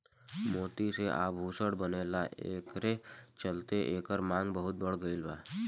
मोती से आभूषण बनेला एकरे चलते एकर मांग बहुत बढ़ गईल बा